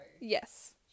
Yes